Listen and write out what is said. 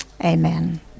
amen